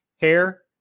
hair